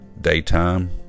Daytime